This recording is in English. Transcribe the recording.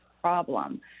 problem